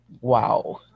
wow